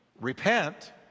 repent